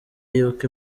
y’uko